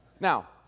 now